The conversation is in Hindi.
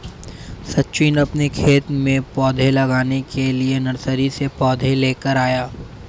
सचिन अपने खेत में पौधे लगाने के लिए नर्सरी से पौधे लेकर आया